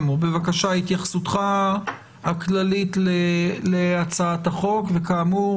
בבקשה התייחסותך הכללית להצעת החוק וכאמור,